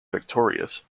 victorious